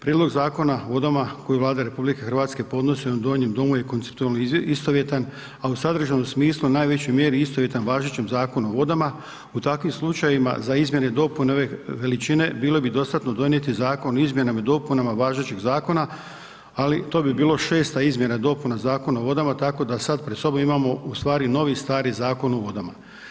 Prijedlog Zakona o vodama koji Vlada RH podnosi u Donjem domu je konceptualno istovjetan a u sadržajnom smislu u najvećoj mjeri istovjetan važećem Zakon o vodama, u takvim slučajevima za izmjene i dopune ove veličine bile bi dostatno donijeti zakon o izmjenama i dopunama važećeg zakona ali to bi bilo šesta izmjena i dopuna Zakona o vodama tako da sad pred sobom imamo ustvari novi stari Zakon o vodama.